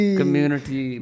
community